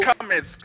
comments